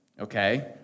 okay